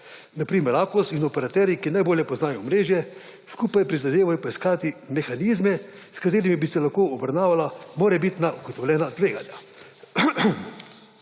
na primer Akos in operaterji, ki najbolje poznajo omrežje, skupaj prizadevajo poiskati mehanizme, s katerimi bi se lahko obravnavala morebitna ugotovljena tveganja,